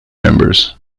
members